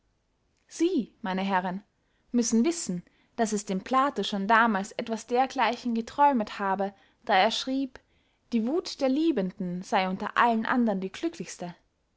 sie meine herren müssen wissen daß es dem plato schon damals etwas dergleichen geträumet habe da er schrieb die wuth der liebenden sey unter allen andern die glücklichste